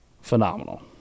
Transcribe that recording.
phenomenal